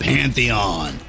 Pantheon